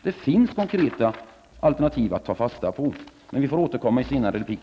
Det finns alltså konkreta alternativ att ta fasta på, men jag får återkomma till dem i en replik.